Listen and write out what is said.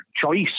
choice